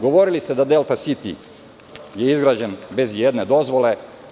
Govorili ste da je "Delta Siti" izgrađen bez ijedne dozvole.